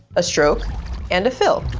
a stroke and a fill.